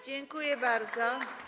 Dziękuję bardzo.